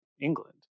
England